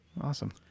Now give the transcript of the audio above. Awesome